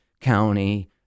county